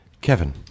Kevin